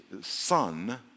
son